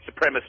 supremacist